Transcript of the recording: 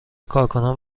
کارکنان